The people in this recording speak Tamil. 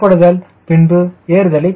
புறப்படுதல் பின்பு ஏறுதல்